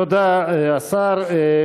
תודה, השר.